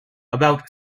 about